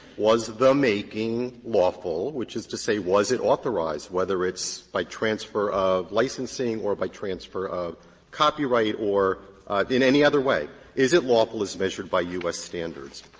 was the making lawful, which is to say, was it authorized, whether it's by transfer of licensing or by transfer of copyright or in any other way? is it lawful as measured by u s. standards?